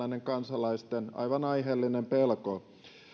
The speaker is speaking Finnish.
kansalaisten aivan aiheellinen pelko